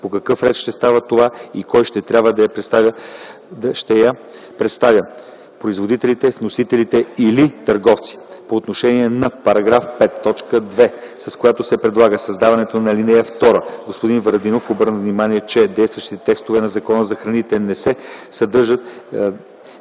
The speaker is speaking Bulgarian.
по какъв ред ще става това и кой ще трябва да я представя – производители, вносители или търговци. По отношение на § 5, т. 2, с която се предлага създаването на ал. 2, господин Варадинов обърна внимание, че в действащите текстове на Закона за храните не се съдържа